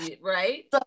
right